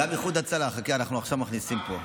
גם איחוד הצלה, חכה, אנחנו עכשיו מכניסים פה.